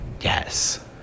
Yes